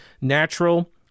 Natural